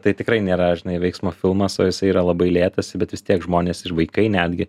tai tikrai nėra žinai veiksmo filmas o jisai yra labai lėtas bet vis tiek žmonės ir vaikai netgi